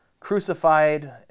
crucified